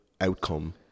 outcome